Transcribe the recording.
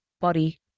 body